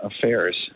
affairs